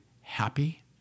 happy